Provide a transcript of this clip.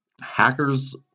hackers